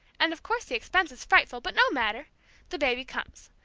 and of course the expense is frightful, but no matter the baby comes.